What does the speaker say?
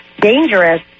dangerous